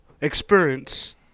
experience